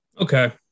Okay